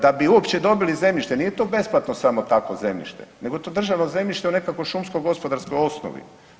Da bi uopće dobili zemljište, nije to besplatno samo tako zemljište, neko je to državno zemljište u nekakvoj šumsko gospodarskoj osnovi.